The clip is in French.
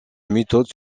méthode